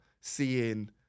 seeing